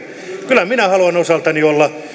kyllä minä haluan osaltani olla